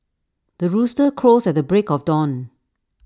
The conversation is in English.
the rooster crows at the break of dawn